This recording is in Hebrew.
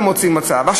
ועכשיו,